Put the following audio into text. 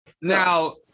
Now